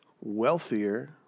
wealthier